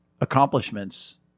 accomplishments